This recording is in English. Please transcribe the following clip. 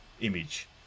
image